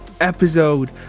episode